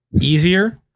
easier